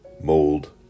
mold